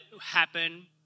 happen